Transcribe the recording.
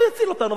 הוא יציל אותנו,